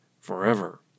forever